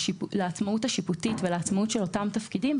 השיפוטית ולעצמאות של אותם תפקידים.